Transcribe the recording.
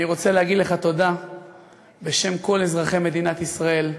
אני רוצה להגיד לך תודה בשם כל אזרחי מדינת ישראל,